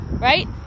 right